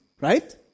Right